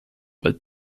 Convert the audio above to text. but